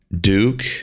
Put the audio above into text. Duke